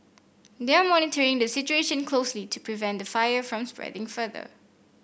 they are monitoring the situation closely to prevent the fire from spreading further